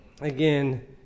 again